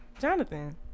Jonathan